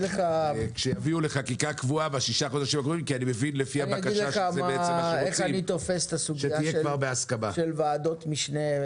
לך איך אני תופס את הסוגיה של ועדות המשנה.